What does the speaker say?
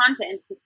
content